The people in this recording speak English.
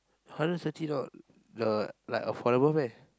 hundred and thirty not the like affordable meh